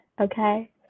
okay